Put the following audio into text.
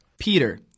Peter